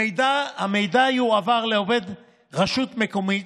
המידע יועבר לעובד רשות מקומית,